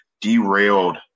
derailed